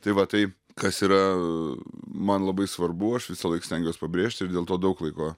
tai va tai kas yra man labai svarbu aš visąlaik stengiuos pabrėžt ir dėl to daug laiko